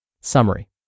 Summary